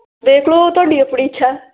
ਦੇਖ ਲਓ ਤੁਹਾਡੀ ਆਪਣੀ ਇੱਛਾ